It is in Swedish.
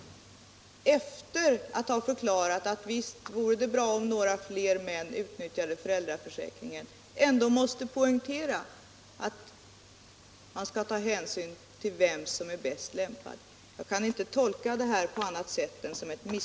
Efter att ha förklarat att det visst vore bra om fler män utnyttjade föräldraförsäkringen, måste man alltså - Nr 133 ändå poängtera att hänsyn skall tas till vem som är bäst lämpad. Jag Tisdagen den kan inte tolka detta som annat än ett misstroende mot männen.